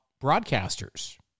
broadcasters